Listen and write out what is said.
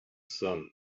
sun